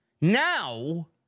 now